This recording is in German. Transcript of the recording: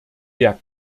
der